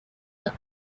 the